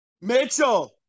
Mitchell